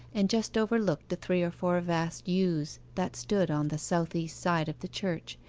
and just overlooked the three or four vast yews that stood on the south-east side of the church,